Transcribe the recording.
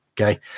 Okay